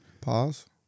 Pause